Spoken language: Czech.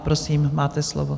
Prosím, máte slovo.